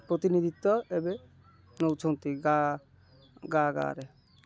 ପ୍ରତିନିଧିତ୍ୱ ଏବେ ନେଉଛନ୍ତି ଗାଁ ଗାଁ ଗାଁରେ